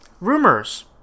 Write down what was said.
rumors